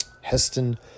Heston